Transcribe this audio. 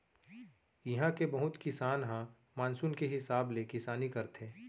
इहां के बहुत किसान ह मानसून के हिसाब ले किसानी करथे